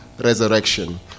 resurrection